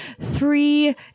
three